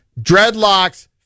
Dreadlocks